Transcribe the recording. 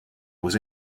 was